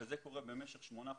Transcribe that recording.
וזה קורה במשך שמונה חודשים.